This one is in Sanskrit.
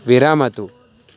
विरमतु